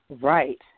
Right